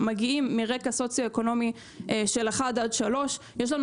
מגיעים מרקע סוציואקונומי של 1 עד 3. יש לנו